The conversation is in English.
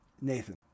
nathan